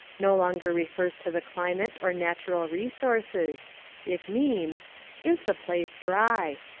no longer refers to the climate or natural resources it means is the place dry?